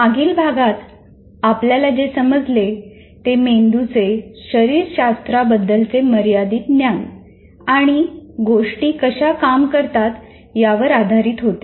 मागील भागात आपल्याला जे समजले ते मेंदूचे शरीरशास्त्रबद्दलचे मर्यादित ज्ञान आणि गोष्टी कशा काम करतात यावर आधारित होते